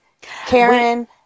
Karen